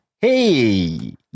Hey